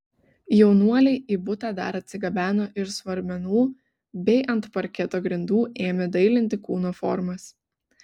jaunuoliai į butą dar atsigabeno ir svarmenų bei ant parketo grindų ėmė dailinti kūno formas